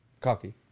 cocky